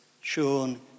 shown